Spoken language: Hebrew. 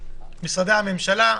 משרדי הממשלה?